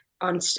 on